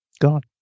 God